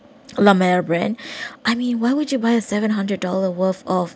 le maire brand I mean why would you buy a seven hundred dollar worth of